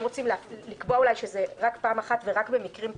אולי לקבוע שזה רק פעם אחת ורק במקרים דחופים,